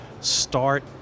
start